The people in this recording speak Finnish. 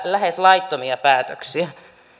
lähes laittomia päätöksiä